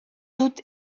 dut